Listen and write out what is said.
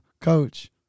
Coach